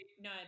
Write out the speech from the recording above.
no